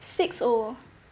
six O